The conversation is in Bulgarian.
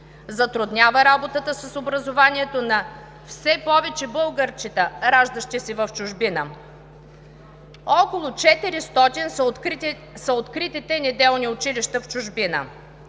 Затруднява се работата с образованието на все повече българчета, раждащи се в чужбина. Около 400 са откритите неделни училища в чужбина